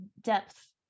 depth